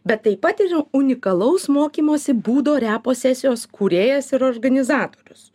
bet tai pat ir unikalaus mokymosi būdo reposesijos kūrėjas ir organizatorius